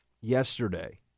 yesterday